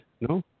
No